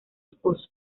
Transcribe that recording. esposo